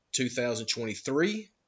2023